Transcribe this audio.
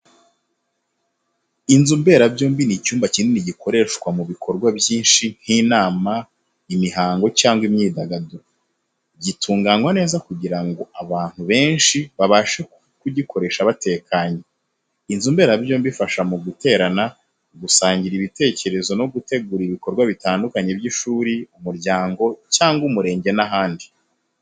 Inzu mberabyombi ni icyumba kinini gikoreshwa mu bikorwa byinshi, nk’inama, imihango cyangwa imyidagaduro. Gitunganywa neza kugira ngo abantu benshi babashe kugikoresha batekanye. Inzu mberabyombi ifasha mu guterana, gusangira ibitekerezo no gutegura ibikorwa bitandukanye by’ishuri, umuryango cyangwa umurenge n’ahandi.